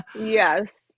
Yes